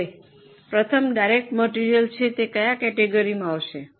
હવે પ્રથમ direct material છે તે કયા કૅટિગરિમાં આવશે